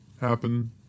happen